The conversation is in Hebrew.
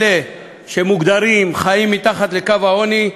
אלה שמוגדרים חיים מתחת לקו העוני,